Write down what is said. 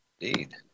Indeed